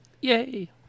Yay